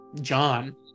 John